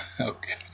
Okay